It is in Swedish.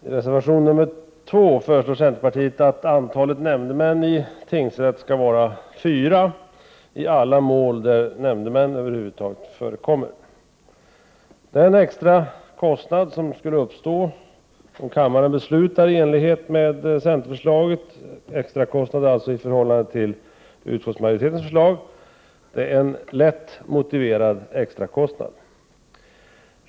Herr talman! I reservation nr 2 föreslår centerpartiet att antalet nämndemän i tingsrätt skall vara fyra i alla mål där nämndemän över huvud taget förekommer. Den extra kostnad som då skulle uppstå — om kammaren beslutar i enlighet med centerförslaget — i förhållande till utskottsmajoritetens förslag är en extrakostnad som är lätt att motivera.